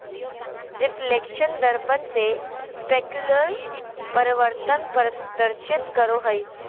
reflection दर्पण से specular परावर्तन प्रदर्शित करो हइ